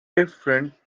different